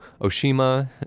Oshima